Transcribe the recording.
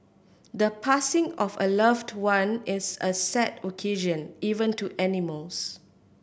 the passing of a loved one is a sad occasion even to animals